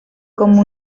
como